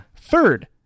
Third